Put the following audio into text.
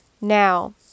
Now